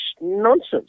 nonsense